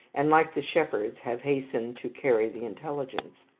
and, like the shepherds, have hastened to carry the intelligence?